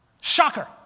Shocker